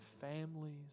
families